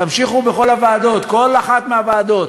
תמשיכו בכל הוועדות, בכל אחת מהוועדות.